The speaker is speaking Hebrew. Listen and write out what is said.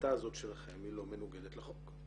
ההחלטה הזאת שלכם היא לא מנוגדת לחוק.